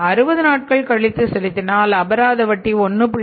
60 நாட்கள் கழித்து செலுத்தினால் அபராத வட்டி1